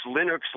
Linux